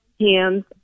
hands